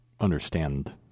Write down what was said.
understand